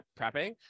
prepping